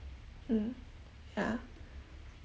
mm ya